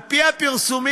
על פי הפרסומים,